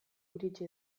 iritsi